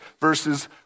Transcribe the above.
verses